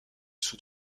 sous